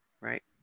Right